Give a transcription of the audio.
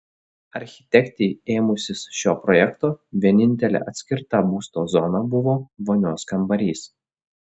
architektei ėmusis šio projekto vienintelė atskirta būsto zona buvo vonios kambarys